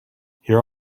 here